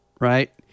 right